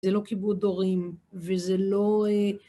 זה לא כיבוד הורים, וזה לא...